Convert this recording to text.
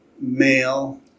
male